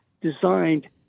designed